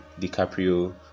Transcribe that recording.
DiCaprio